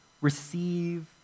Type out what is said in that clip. receive